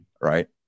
right